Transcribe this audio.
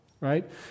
right